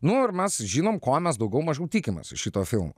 nu ir mes žinom ko mes daugiau mažiau tikimės iš šito filmo